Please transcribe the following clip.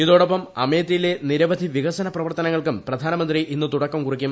ഇതോടൊപ്പം അമേത്തിയിലെ നിരവധി വികസന പ്രവർത്തനങ്ങൾക്കും പ്രധാനമന്ത്രി ഇന്ന് തുടക്കം കുറിക്കും